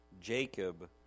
Jacob